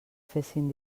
fessin